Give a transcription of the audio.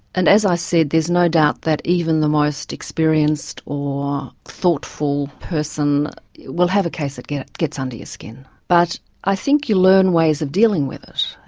and as i said, there's no doubt that even the most experienced or thoughtful person will have a case that gets gets under your skin. but i think you learn ways of dealing with it.